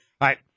Right